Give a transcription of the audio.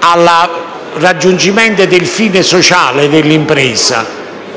al raggiungimento del fine sociale dell'impresa,